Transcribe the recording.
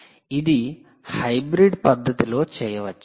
ఇది హైబ్రిడ్ పద్ధతిలో చేయవచ్చు